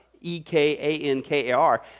E-K-A-N-K-A-R